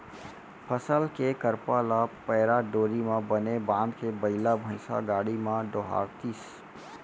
फसल के करपा ल पैरा डोरी म बने बांधके बइला भइसा गाड़ी म डोहारतिस